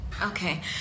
Okay